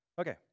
Okay